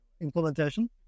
implementation